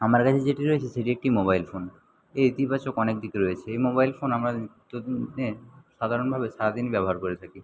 আমার কাছে যেটি রয়েছে সেটি একটি মোবাইল ফোন এর ইতিবাচক অনেক দিক রয়েছে এই মোবাইল ফোন আমরা নিত্য দিনে সাধারণভাবে সারাদিন ব্যবহার করে থাকি